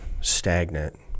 stagnant